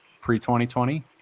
pre-2020